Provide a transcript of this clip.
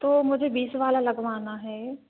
तो मुझे बीस वाला लगवाना है